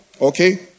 Okay